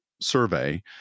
survey